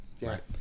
Right